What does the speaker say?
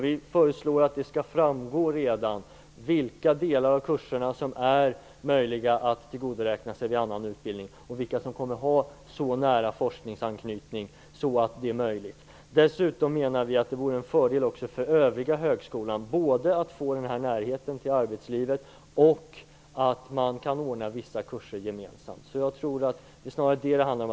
Vi föreslår att det redan skall framgå vilka delar av kurserna som är möjliga att tillgodoräkna sig vid annan utbildning och vilka som kommer att ha så nära forskningsanknytning att det är möjligt. Det vore en fördel också för den övriga högskolan att få den här närheten till arbetslivet och att man kan ordna vissa kurser gemensamt. Jag tror att det snarare är det det handlar om.